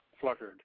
fluttered